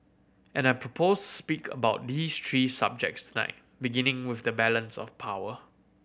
and I propose speak about these three subjects tonight beginning with the balance of power